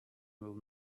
will